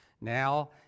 Now